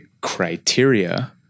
criteria